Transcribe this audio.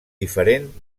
diferent